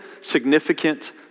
significant